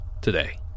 today